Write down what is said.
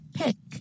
pick